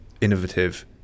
innovative